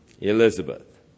Elizabeth